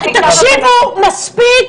--- מספיק,